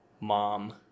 mom